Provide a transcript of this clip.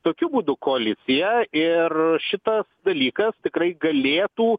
tokiu būdu koalicija ir šitas dalykas tikrai galėtų